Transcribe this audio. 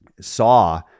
saw